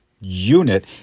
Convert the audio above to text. unit